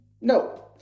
No